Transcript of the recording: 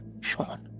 Sean